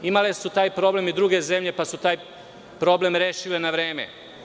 Imale su taj problem i druge zemlje, pa su taj problem rešile na vreme.